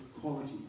quality